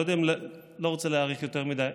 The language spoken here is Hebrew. אני לא רוצה להאריך יותר מדי,